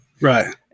Right